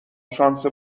شانس